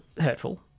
hurtful